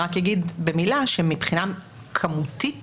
רק אגיד במילה שמבחינה כמותית